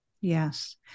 Yes